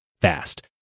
fast